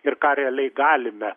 ir ką realiai galime